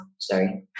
Sorry